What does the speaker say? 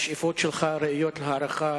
השאיפות שלך ראויות להערכה.